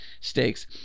stakes